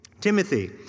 Timothy